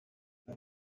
aya